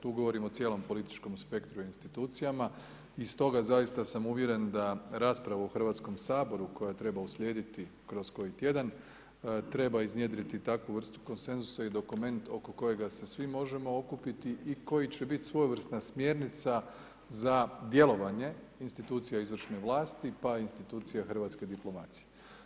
Tu govorimo o cijelom političkom spektru institucijama i stoga zaista sam uvjeren da raspravu u hrvatskom Saboru koja treba uslijediti kroz koji tjedan, treba iznjedriti takvu vrstu konsenzusa i dokument oko kojega se svi možemo okupiti, i koji će biti svojevrsna smjernica za djelovanje institucija izvršne vlasti, pa institucija hrvatske diplomacije.